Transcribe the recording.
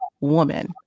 woman